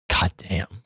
Goddamn